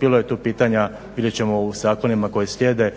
Bilo je tu pitanja vidjet ćemo u zakonima koji slijede.